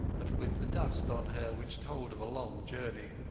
but with the dust on her which told of a long journey.